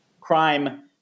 crime